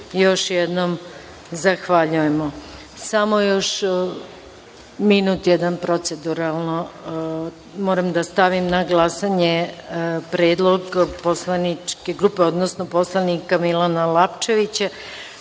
još jednom zahvaljujemo. Samo još minut jedan proceduralno, moram da stavim na glasanje predlog poslaničke grupe, odnosno poslanika Milana Lapčevića